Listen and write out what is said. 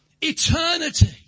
Eternity